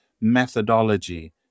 methodology